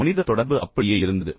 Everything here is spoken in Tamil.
எனவே மனித தொடர்பு அப்படியே இருந்தது